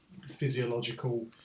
physiological